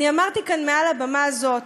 אני אמרתי כאן, מעל הבמה הזאת,